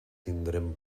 tindrem